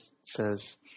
says